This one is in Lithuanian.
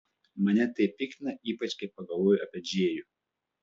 mane tai piktina ypač kai pagalvoju apie džėjų